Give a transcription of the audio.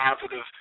positive